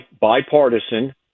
bipartisan